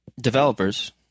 Developers